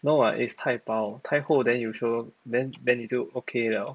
no [what] it's 太薄太厚 then you sure then then 你就 ok 了